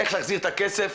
איך יוחזר הכסף?